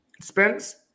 Spence